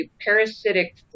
parasitic